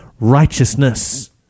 righteousness